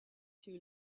too